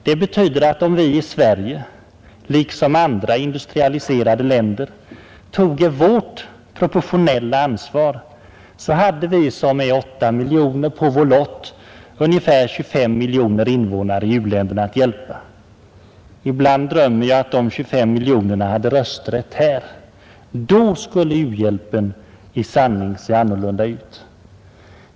Det betyder att om vi i Sverige — liksom i andra industrialiserade länder — toge vårt proportionella ansvar, så hade vi som är 8 miljoner på vår lott ungefär 25 miljoner invånare i u-länderna att hjälpa. Ibland drömmer jag att dessa 25 miljoner hade rösträtt här. Då skulle u-hjälpen i sanning se annorlunda ut!